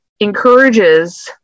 encourages